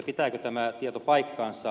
pitääkö tämä tieto paikkansa